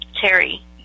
Terry